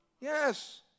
Yes